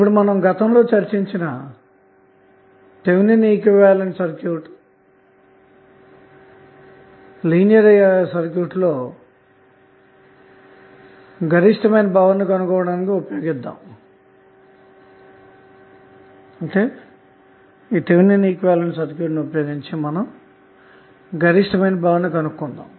ఇప్పుడు మనం గతంలో చర్చించిన థెవినిన్ ఈక్వివలెంట్ ను లీనియర్ సర్క్యూట్లో గరిష్టంగా పవర్ కనుగొనడానికి ఉపయోగిద్దాం